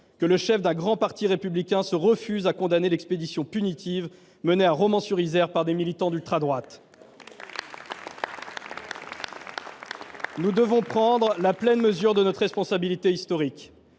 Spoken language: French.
que le chef d’un grand parti républicain se refuse à condamner l’expédition punitive menée à Romans sur Isère par des militants d’ultradroite. Nous devons prendre la pleine mesure de notre responsabilité historique.